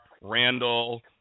Randall